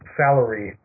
salary